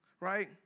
Right